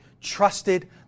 trusted